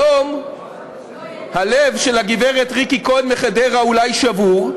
היום הלב של הגברת ריקי כהן מחדרה אולי שבור,